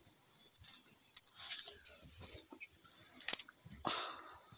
मुई सोना या चाँदी से लोन लुबा सकोहो ही?